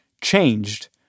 changed